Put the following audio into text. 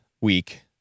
week